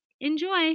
Enjoy